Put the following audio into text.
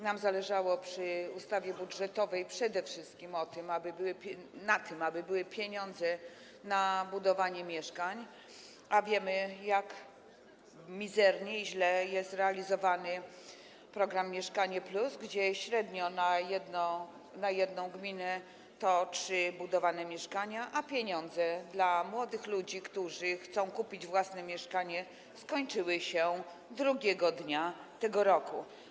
Nam zależało przy ustawie budżetowej przede wszystkim na tym, aby były pieniądze na budowanie mieszkań, a wiemy, jak mizernie i źle jest realizowany program „Mieszkanie+”, gdzie średnio na jedną gminę są budowane trzy mieszkania, a pieniądze dla młodych ludzi, którzy chcą kupić własne mieszkanie, skończyły się drugiego dnia tego roku.